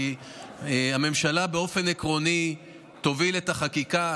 כי הממשלה באופן עקרוני תוביל את החקיקה,